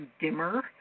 dimmer